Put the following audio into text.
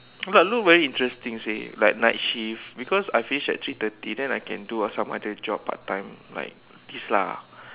but looks very interesting seh like night shift because I finish at three thirty then I can do uh some other job part time like this lah